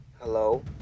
hello